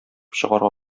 чыгарга